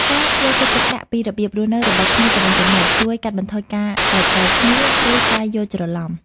ការយកចិត្តទុកដាក់ពីរបៀបរស់នៅរបស់គ្នាទៅវិញទៅមកជួយកាត់បន្ថយការប្រកែកគ្នា ឬការយល់ច្រឡំ។